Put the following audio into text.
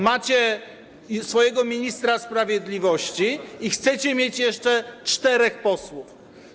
Macie swojego ministra sprawiedliwości i chcecie mieć jeszcze czterech posłów.